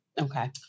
Okay